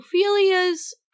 Ophelia's